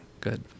Good